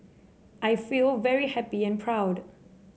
I feel very happy and proud